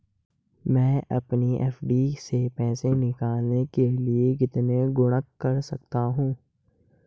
मैं अपनी एफ.डी से पैसे निकालने के लिए कितने गुणक कर सकता हूँ?